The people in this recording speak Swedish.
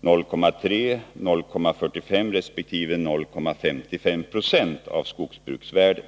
0,3, 0,45 resp. 0,55 20 av skogsbruksvärdet.